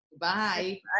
bye